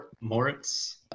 Moritz